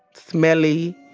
smelly.